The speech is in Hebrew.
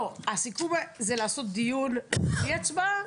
הסיכום זה לעשות דיון בלי הצבעה?